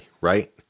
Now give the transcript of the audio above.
right